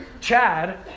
Chad